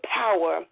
power